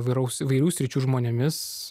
įvairaus įvairių sričių žmonėmis